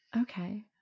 Okay